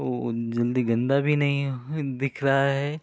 जल्दी गंदा भी नहीं दिख रहा है